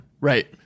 right